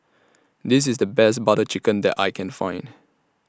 This IS The Best Butter Chicken that I Can Find